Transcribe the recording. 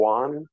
one